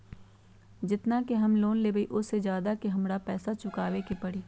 जेतना के हम लोन लेबई ओ से ज्यादा के हमरा पैसा चुकाबे के परी?